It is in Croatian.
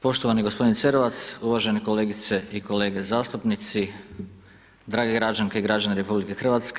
Poštovani gospodine Cerovac, uvažene kolegice i kolege zastupnici, drage građanke i građani RH.